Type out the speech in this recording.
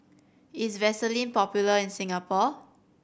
is Vaselin popular in Singapore